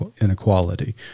inequality